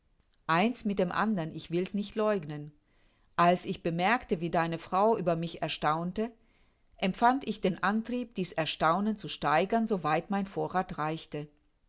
eins mit dem andern ich will's nicht leugnen als ich bemerkte wie deine frau über mich erstaunte empfand ich den antrieb dieß erstaunen zu steigern so weit mein vorrath reichte